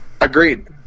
Agreed